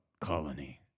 colony